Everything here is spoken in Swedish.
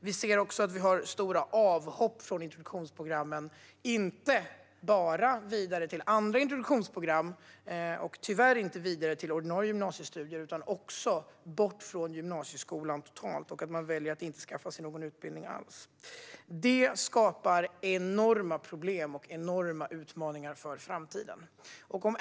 Vi ser också många avhopp från introduktionsprogrammen, inte bara för att man går vidare till andra introduktionsprogram och tyvärr inte heller vidare till ordinarie gymnasiestudier utan man söker sig också helt bort från gymnasieskolan. Man väljer att inte skaffa sig någon utbildning alls. Detta skapar enorma problem och utmaningar inför framtiden.